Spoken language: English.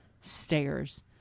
stairs